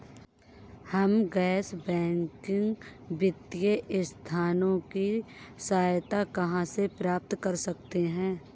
हम गैर बैंकिंग वित्तीय संस्थानों की सहायता कहाँ से प्राप्त कर सकते हैं?